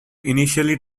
initially